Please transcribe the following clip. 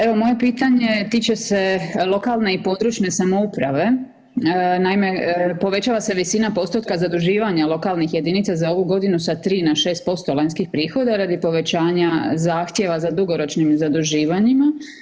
Evo moje pitanje tiče se lokalne i područne samouprave, naime povećava se visina postotka zaduživanja lokalnih jedinica za ovu godinu sa 3 na 6% lanjskih prihoda radi povećanja zahtjeva za dugoročnim zaduživanjima.